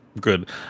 good